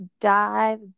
dive